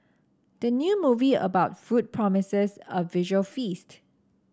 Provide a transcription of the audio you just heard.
the new movie about food promises a visual feast